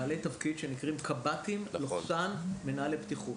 בעלי תפקיד שנקראים קב"טים/מנהלי בטיחות.